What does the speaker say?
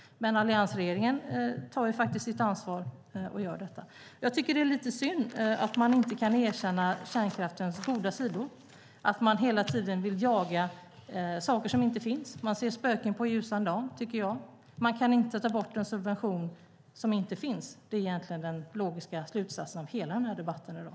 Alliansregeringen tar sitt ansvar och gör detta. Det är lite synd att man inte kan erkänna kärnkraftens goda sidor, att man hela tiden vill jaga saker som inte finns och ser spöken på ljusan dag. Man kan inte ta bort en subvention som inte finns - det är egentligen den logiska slutsatsen av hela debatten i dag.